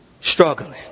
Struggling